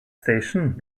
station